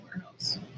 warehouse